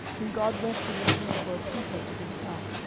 whom god went to redeem for a people to himself,